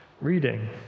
reading